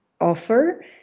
offer